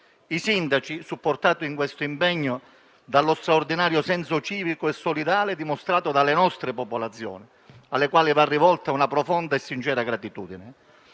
stati supportati in questo impegno dallo straordinario senso civico e solidale dimostrato dalle nostre popolazioni, alle quali va rivolta una profonda e sincera gratitudine.